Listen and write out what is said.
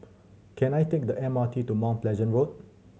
can I take the M R T to Mount Pleasant Road